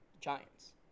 giants